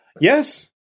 Yes